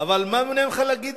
אבל מה אומרים לך להגיד?